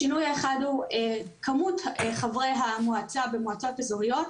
השינוי האחד הוא כמות חברי המועצה במועצות אזוריות.